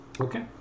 Okay